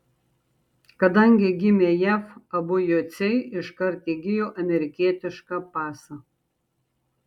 kadangi gimė jav abu jociai iškart įgijo amerikietišką pasą